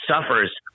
suffers